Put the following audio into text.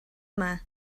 yma